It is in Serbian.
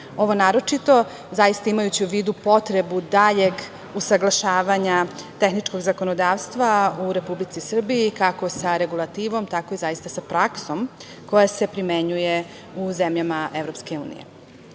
Ovo naročito, imajući u vidu potrebu daljeg usaglašavanja tehničkog zakonodavstva u Republici Srbiji kako sa regulativom, tako i sa praksom koja se primenjuje u zemljama EU.Kroz tekst